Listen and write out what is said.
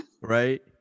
right